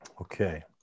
Okay